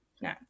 No